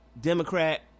Democrat